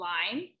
line